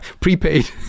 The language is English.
prepaid